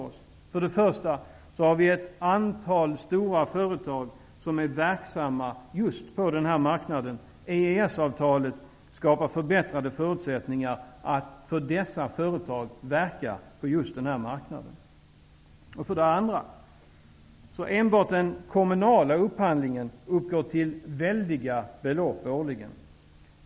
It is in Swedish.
Vi har för det första ett antal stora företag som är verksamma på just denna marknad. EES-avtalet skapar bättre förutsättningar för dessa företag att verka på den här marknaden. För det andra uppgår enbart den kommunala upphandlingen till myckeet stora belopp årligen.